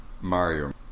Mario